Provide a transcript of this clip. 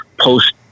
post